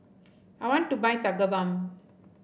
I want to buy Tigerbalm